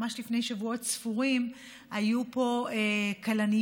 ממש לפני שבועות ספורים היו פה כלניות,